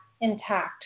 intact